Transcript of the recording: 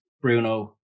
Bruno